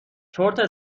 چرت